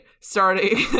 starting